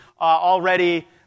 already